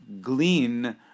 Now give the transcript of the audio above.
glean